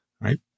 right